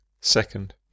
Second